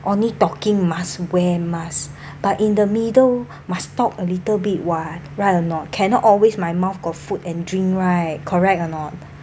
only talking must wear mask but in the middle must talk a little bit [what] right or not can not always my mouth got food and drink right correct or not